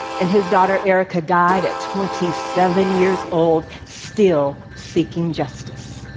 and his daughter erica died at twenty seven years old, still seeking justice.